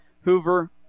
Hoover